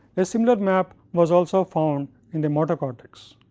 a similar map was also found in the motor cortex,